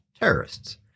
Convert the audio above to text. terrorists